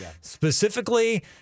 specifically